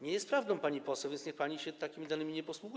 Nie jest prawdą, pani poseł, więc niech pani się takimi danymi nie posługuje.